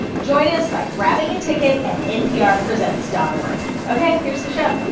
join us by grabbing a ticket at nprpresents dot org. ok. here's the show